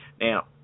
Now